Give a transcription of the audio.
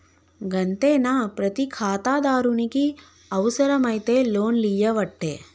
గంతేనా, ప్రతి ఖాతాదారునికి అవుసరమైతే లోన్లియ్యవట్టే